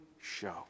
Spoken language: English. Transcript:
show